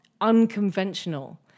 unconventional